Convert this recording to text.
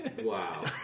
Wow